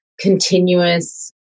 continuous